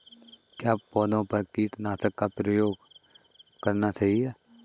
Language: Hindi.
क्या पौधों पर कीटनाशक का उपयोग करना सही है?